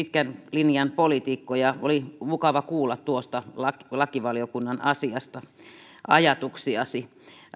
linjan poliitikko ja oli mukava kuulla tuosta lakivaliokunnan asiasta ajatuksiasi